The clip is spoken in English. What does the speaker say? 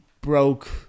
broke